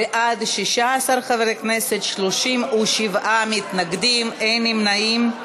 בעד, 16 חברי כנסת, 37 מתנגדים, אין נמנעים.